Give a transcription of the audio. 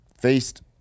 faced